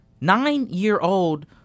nine-year-old